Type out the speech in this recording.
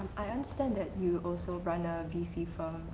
i understand that you also run ah a vc firm,